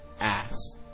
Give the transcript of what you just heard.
ass